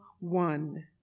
one